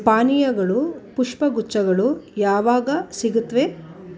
ಪಾನೀಯಗಳು ಪುಷ್ಪ ಗುಚ್ಛಗಳು ಯಾವಾಗ ಸಿಗುತ್ವೆ